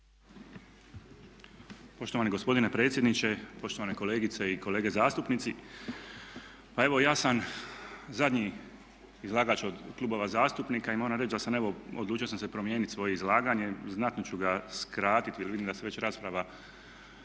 Poštovani gospodine predsjedniče, poštovane kolegice i kolege zastupnici. Pa evo ja sam zadnji izlagač od klubova zastupnika i moram reći da sam evo, odlučio sam promijeniti svoje izlaganje. Znatno ću ga skratiti jer vidim da se već rasprava